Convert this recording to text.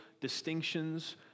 distinctions